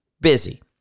busy